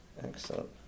Excellent